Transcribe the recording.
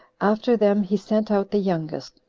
after them he sent out the youngest,